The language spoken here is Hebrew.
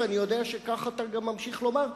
ואני יודע שכך אתה גם ממשיך לומר.